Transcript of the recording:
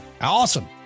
awesome